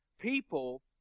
people